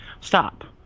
stop